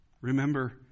Remember